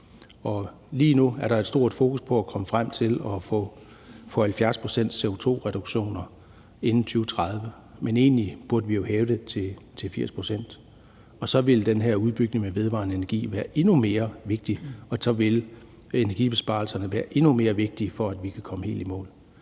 lige nu er der et stort fokus på at komme frem til at få 70 pct.'s CO2-reduktion inden 2030, men egentlig burde vi hæve det til 80 pct., og så ville den her udbygning med vedvarende energi være endnu mere vigtig, og så ville energibesparelserne være endnu mere vigtige, for at vi kunne komme helt i mål.